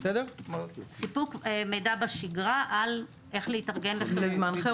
סיפוק מידע בשגרה על איך להתארגן בחירום.